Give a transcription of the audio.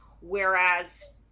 whereas